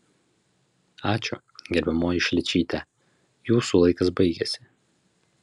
ačiū gerbiamoji šličyte jūsų laikas baigėsi